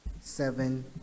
seven